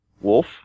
wolf